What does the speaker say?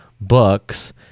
books